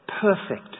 perfect